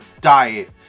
diet